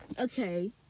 Okay